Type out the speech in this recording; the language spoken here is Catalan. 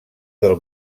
del